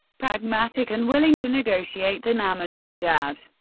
pragmatic and willing to negotiate than ahmadinejad.